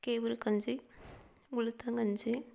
கேவூர் கஞ்சி உளுத்தங்கஞ்சி